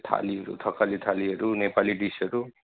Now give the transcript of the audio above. थालीहरू थकाली थालीहरू नेपाली डिसहरू